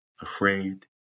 afraid